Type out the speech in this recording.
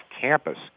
campus